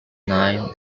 name